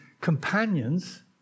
companions